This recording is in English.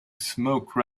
smoke